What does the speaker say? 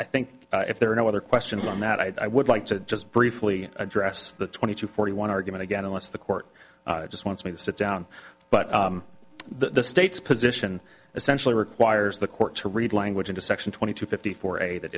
i think if there are no other questions on that i would like to just briefly address the twenty to forty one argument again unless the court just wants me to sit down but the state's position essentially requires the court to read language into section twenty two fifty four a that